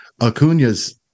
acuna's